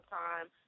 time